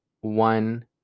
one